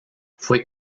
fue